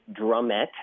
drumette